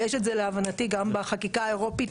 ויש את זה להבנתי גם בחקיקה האירופית,